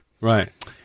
Right